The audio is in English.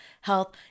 health